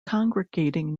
congregating